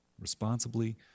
responsibly